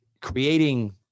creating